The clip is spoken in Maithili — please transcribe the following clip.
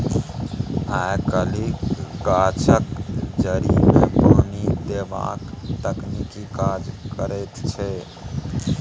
आय काल्हि गाछक जड़िमे पानि देबाक तकनीक काज करैत छै